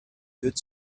good